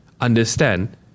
understand